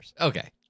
Okay